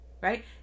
Right